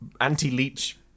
Anti-leech